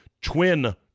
twin